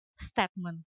statement